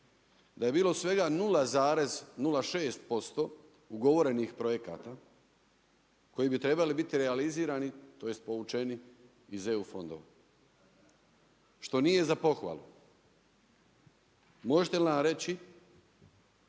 da je bilo svega 0,06% ugovorenih projekata koji bi trebali biti realizirani, tj. povućeni iz EU fondova, što nije za pohvalu. Možete li nam reći